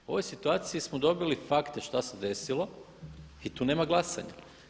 U ovoj situaciji smo dobili fakte što se desilo i tu nema glasanja.